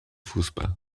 fußball